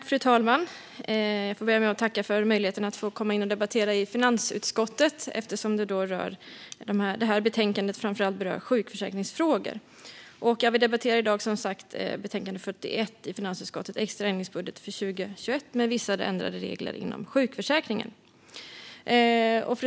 Fru talman! Jag vill börja med att tacka för möjligheten att få debattera finansutskottets betänkande. Jag gör det då det framför allt rör sjukförsäkringsfrågor. Vi debatterar i dag som sagt finansutskottets betänkande 41 Extra ändringsbudget för 2021 - Vissa ändrade regler inom sjukförsäkringen .